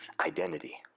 identity